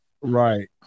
Right